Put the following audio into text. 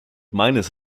meines